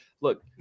Look